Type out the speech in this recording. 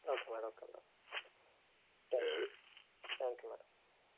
okay madam okay madam thank you thank you madam